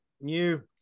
new